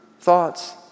thoughts